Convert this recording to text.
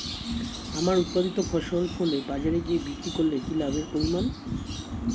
আমার উৎপাদিত ফসল ফলে বাজারে গিয়ে বিক্রি করলে কি লাভের পরিমাণ?